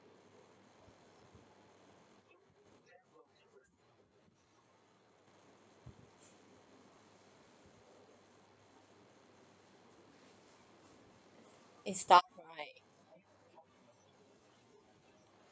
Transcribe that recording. it's stuff right